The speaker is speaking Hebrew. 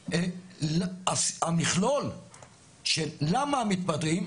אבל המכלול של למה מתפטרים,